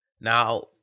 Now